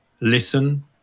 listen